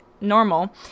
normal